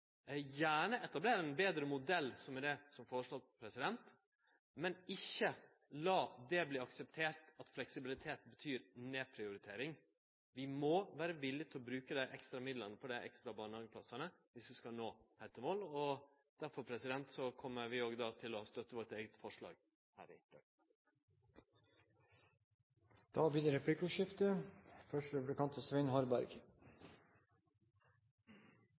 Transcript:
gjerne etablere ein betre modell enn den som er foreslått, men ikkje la det verte akseptert at fleksibilitet betyr nedprioritering. Vi må vere villige til å bruke dei ekstra midlane på dei ekstra barnehageplassane dersom vi skal nå heilt fram til mål. Derfor kjem vi òg til å støtte vårt eige forslag her i dag. Det blir replikkordskifte.